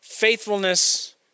faithfulness